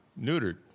neutered